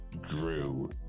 Drew